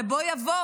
זה בוא יבוא,